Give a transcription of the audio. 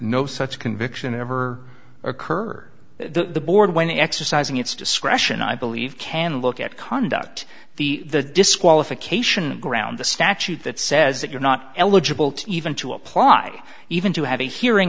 no such conviction ever occur the board when exercising its discretion i believe can look at conduct the the disqualification and ground the statute that says that you're not eligible to even to apply even to have a hearing